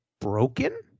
broken